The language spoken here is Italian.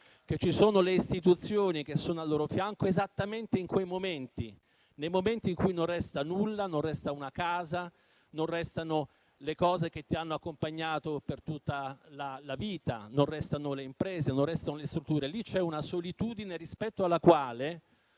che ci sono le istituzioni al loro fianco, esattamente in quei momenti, nei momenti in cui non resta nulla, non resta una casa, non restano le cose che ti hanno accompagnato per tutta la vita, non restano le imprese, non restano le strutture. Lì c'è una solitudine rispetto alla quale